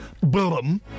Boom